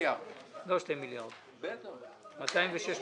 הצבעה בעד, רוב נגד, מיעוט פניות מספר